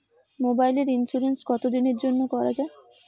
মোবাইলের ইন্সুরেন্স কতো দিনের জন্যে করা য়ায়?